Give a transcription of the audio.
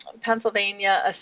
Pennsylvania